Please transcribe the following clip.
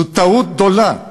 זו טעות גדולה.